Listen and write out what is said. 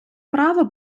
право